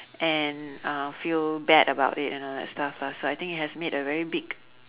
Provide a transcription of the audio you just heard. and uh feel bad about it and all that stuff lah so I think it has made a very big